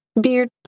beard